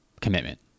commitment